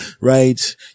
Right